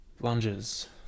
lunges